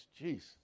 Jeez